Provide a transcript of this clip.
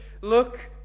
look